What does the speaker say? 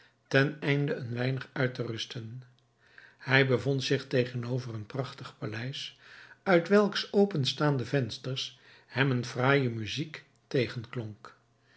ten einde een weinig uit te rusten hij bevond zich tegenover een prachtig paleis uit welks openstaande vensters hem eene fraaije muzijk